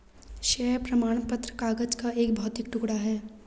share प्रमाण पत्र कागज का एक भौतिक टुकड़ा है